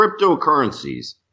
cryptocurrencies